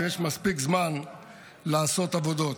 ויש מספיק זמן לעשות עבודות.